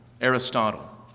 Aristotle